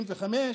ב-1965,